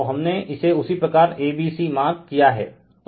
तो हमने इसे उसी प्रकार a b c मार्क किया है